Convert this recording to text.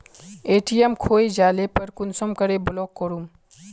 ATM खोये जाले पर कुंसम करे ब्लॉक करूम?